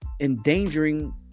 endangering